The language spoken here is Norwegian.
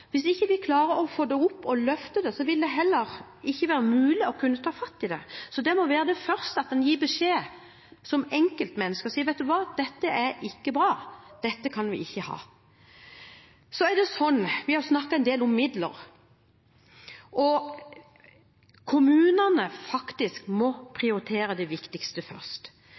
Hvis ikke vi klarer å få dette fram og få løftet det, vil det heller ikke være mulig å ta fatt i det. Det må være det første som skjer, at en gir beskjed som enkeltmenneske og sier: Vet du hva? Dette er ikke bra. Slik kan vi ikke ha det. Vi har snakket en del om midler, og kommunene må faktisk prioritere det viktigste først.